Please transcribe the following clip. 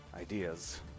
ideas